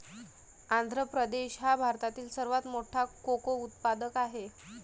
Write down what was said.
आंध्र प्रदेश हा भारतातील सर्वात मोठा कोको उत्पादक आहे